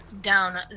down